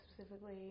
specifically